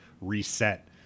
reset